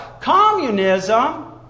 Communism